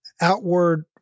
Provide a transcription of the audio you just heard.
outward